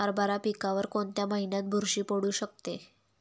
हरभरा पिकावर कोणत्या महिन्यात बुरशी पडू शकते?